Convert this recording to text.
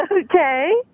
Okay